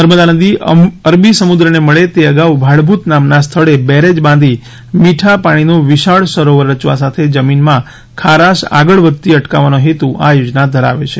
નર્મદા નદી અરબી સમુદ્રને મળે તે અગાઉ ભાડભૂત નામના સ્થળે બેરેજ બાંધી મીઠા પાણીનું વિશાળ સરોવર રચવા સાથે જમીનમાં ખારાશ આગળ વધતી અટકવાનો હેતુ આ યોજના ધરાવે છે